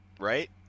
Right